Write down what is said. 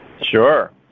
Sure